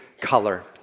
color